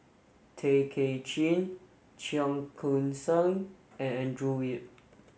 Tay Kay Chin Cheong Koon Seng and Andrew Yip